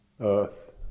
earth